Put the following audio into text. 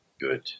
Good